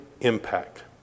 impact